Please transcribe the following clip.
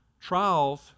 trials